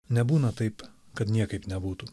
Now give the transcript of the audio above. nebūna taip kad niekaip nebūtų